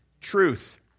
Truth